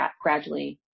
gradually